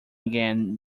again